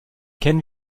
kennen